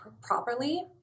properly